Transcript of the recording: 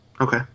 Okay